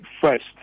first